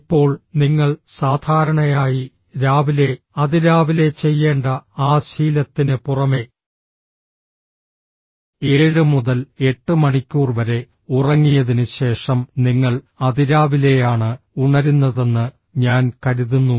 ഇപ്പോൾ നിങ്ങൾ സാധാരണയായി രാവിലെ അതിരാവിലെ ചെയ്യേണ്ട ആ ശീലത്തിന് പുറമെ 7 മുതൽ 8 മണിക്കൂർ വരെ ഉറങ്ങിയതിനുശേഷം നിങ്ങൾ അതിരാവിലെയാണ് ഉണരുന്നതെന്ന് ഞാൻ കരുതുന്നു